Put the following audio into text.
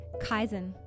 Kaizen